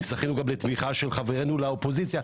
זכינו גם לתמיכה של חברינו לאופוזיציה,